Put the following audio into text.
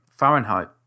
Fahrenheit